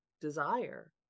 desire